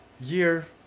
year